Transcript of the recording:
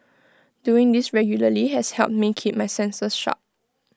doing this regularly has helped me keep my senses sharp